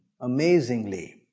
Amazingly